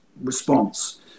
response